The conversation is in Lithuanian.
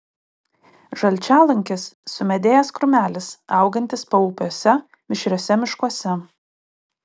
žalčialunkis sumedėjęs krūmelis augantis paupiuose mišriuose miškuose